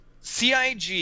CIG